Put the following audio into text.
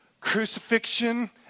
Crucifixion